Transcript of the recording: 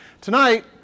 tonight